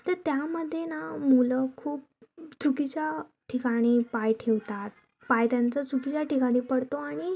तर त्यामध्ये ना मुलं खूप चुकीच्या ठिकाणी पाय ठेवतात पाय त्यांचा चुकीच्या ठिकाणी पडतो आणि